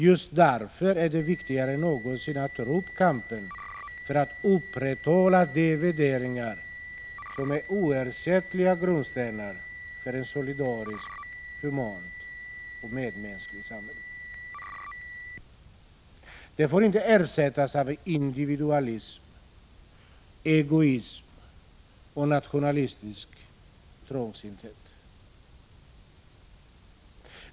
Just därför är det viktigare än någonsin att ta upp kampen för att upprätthålla de värderingar som är oersättliga grundstenar för en solidarisk, human och medmänsklig samvaro. De får inte ersättas av individualism, egoism och nationalistisk trångsynthet.